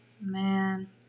man